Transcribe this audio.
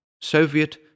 Soviet